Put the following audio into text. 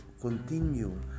continue